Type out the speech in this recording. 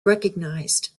recognised